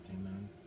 Amen